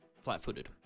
flat-footed